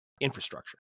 infrastructure